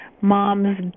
Moms